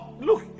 Look